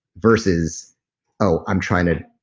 versus oh, i'm trying to.